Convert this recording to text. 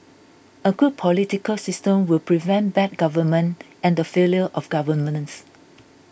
a good political system will prevent bad government and the failure of